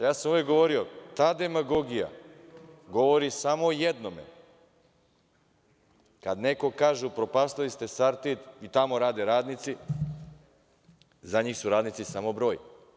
Ja sam uvek govorio, ta demagogija govori samo o jednome kad neko kaže upropastili ste „Sartid“ tamo rade radnici, za njih su radnici samo broj.